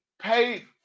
paid